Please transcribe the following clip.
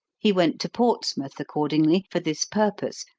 he went to portsmouth, accordingly, for this purpose,